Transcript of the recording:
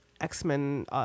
X-Men